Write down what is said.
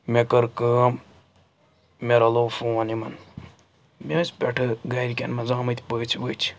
مےٚ کٔر کٲم مےٚ رَلو فون یِمَن مےٚ ٲسۍ پٮ۪ٹھٕ گَرِکٮ۪ن منٛز آمٕتۍ پٔژھ ؤژھ